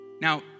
Now